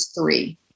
three